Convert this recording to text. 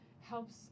helps